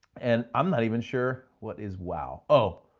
and i'm not even sure, what is wow? oh,